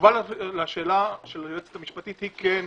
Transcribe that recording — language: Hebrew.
התשובה לשאלה של היועצת המשפטית היא: כן,